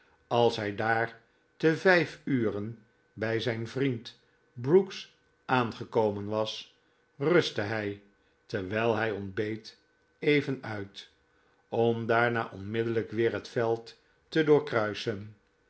als hn daar te vijf uren by zijn vriend brooks aangekomen was rustte hij terwijl hij ontbeet even uit om daarna onmiddellijk weer het veld te doorkruisen